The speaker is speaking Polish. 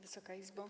Wysoka Izbo!